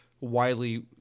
widely